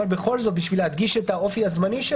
אבל בכל זאת כדי להדגיש את אופיין הזמני,